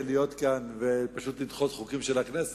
להיות כאן ופשוט לדחות חוקים של הכנסת.